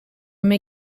may